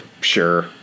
Sure